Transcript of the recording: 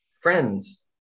Friends